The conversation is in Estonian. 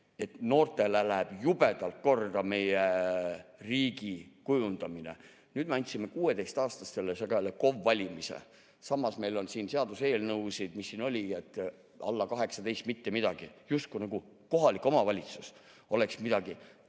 noortele läheb jubedalt korda meie riigi kujundamine. Nüüd me andsime 16‑aastastele KOV‑ide valimise [õiguse]. Samas meil on siin seaduseelnõusid, et alla 18 mitte midagi. Just nagu kohalik omavalitsus oleks midagi